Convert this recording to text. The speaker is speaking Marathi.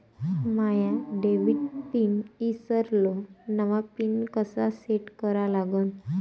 माया डेबिट पिन ईसरलो, नवा पिन कसा सेट करा लागन?